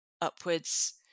upwards